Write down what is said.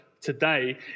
today